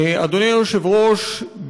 אדוני היושב-ראש,